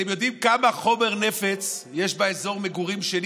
אתם יודעים כמה חומר נפץ יש באזור המגורים שלי?